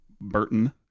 Burton